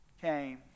came